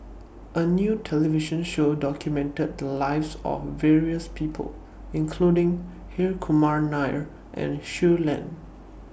A New television Show documented The Lives of various People including Hri Kumar Nair and Shui Lan